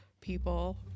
people